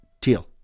Teal